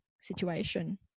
situation